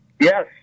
Yes